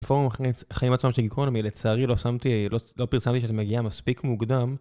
פורום החיים עצמם של גיקונומי, לצערי לא שמתי, לא פרסמתי שזה מגיע מספיק מוקדם.